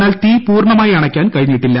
എന്നാൽ തീ പൂർണമായി അണക്കാൻ കഴിഞ്ഞിട്ടില്ല